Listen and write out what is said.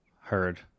heard